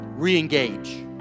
Re-engage